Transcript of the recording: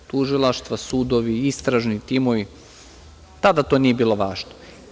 Tužilaštva, sudovi, istražni timovi, tada to nije bilo važno.